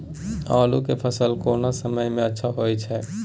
आलू के फसल कोन समय में अच्छा होय छै?